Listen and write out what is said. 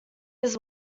his